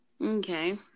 Okay